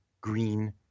green